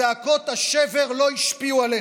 זעקות השבר לא השפיעו עליך.